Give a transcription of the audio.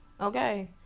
okay